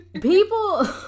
people